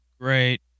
great